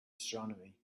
astronomy